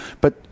But-